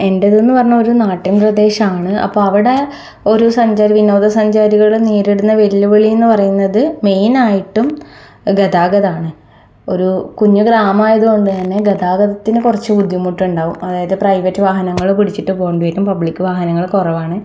എൻ്റേതെന്ന് പറഞ്ഞാൽ ഒരു നാട്ടിൻ പ്രദേശമാണ് അപ്പം അവിടെ ഒരു സഞ്ചാര വിനോദ വിനോദസഞ്ചാരികൾ നേരിടുന്ന വെല്ലുവിളിയെന്ന് പറയുന്നത് മെയിനായിട്ടും ഗതാഗതം ആണ് ഒരു കുഞ്ഞു ഗ്രാം ആയതുകൊണ്ട് തന്നെ ഗതാഗതത്തിന് കുറച്ച് ബുദ്ധിമുട്ടുണ്ടാകും അതായത് പ്രൈവറ്റ് വാഹനങ്ങൾ പിടിച്ചിട്ട് പോകേണ്ടി വരും പബ്ലിക്ക് വാഹനങ്ങൾ കുറവാണ്